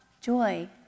joy